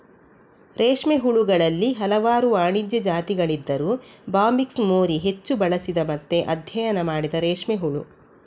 ರೇಷ್ಮೆ ಹುಳುಗಳಲ್ಲಿ ಹಲವಾರು ವಾಣಿಜ್ಯ ಜಾತಿಗಳಿದ್ದರೂ ಬಾಂಬಿಕ್ಸ್ ಮೋರಿ ಹೆಚ್ಚು ಬಳಸಿದ ಮತ್ತೆ ಅಧ್ಯಯನ ಮಾಡಿದ ರೇಷ್ಮೆ ಹುಳು